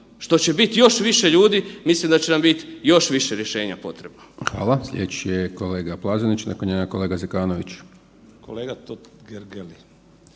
što će biti još više ljudi mislim da će nam biti još više rješenja potrebno.